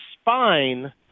spine